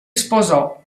sposò